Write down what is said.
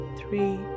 three